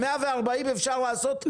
אותו סעיף, אתם כתבתם את זה, סעיף